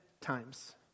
times